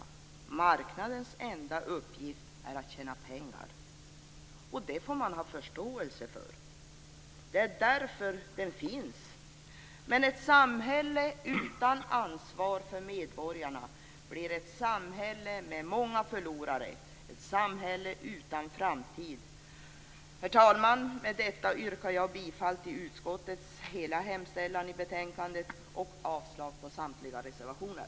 Marknadens enda uppgift är att tjäna pengar. Det får man ha förståelse för. Det är därför den finns. Men ett samhälle utan ansvar för medborgarna blir ett samhälle med många förlorare. - ett samhälle utan framtid. Herr talman! Med detta yrkar jag bifall till utskottets hemställan i dess helhet och avslag på samtliga reservationer.